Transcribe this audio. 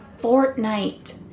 Fortnite